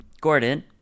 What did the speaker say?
Gordon